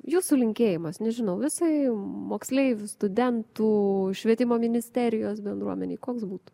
jūsų linkėjimas nežinau visai moksleivių studentų švietimo ministerijos bendruomenei koks būtų